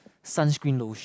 sunscreen lotion